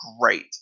Great